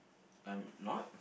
I'm not